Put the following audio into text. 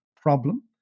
problem